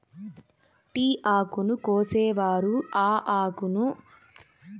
tea ఆకును కోసేవారు ఆకును కోసిన తరవాత బుట్టలల్లో నింపి వాటిని టీ ప్రాసెస్ కు పంపిత్తారు